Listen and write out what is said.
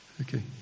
Okay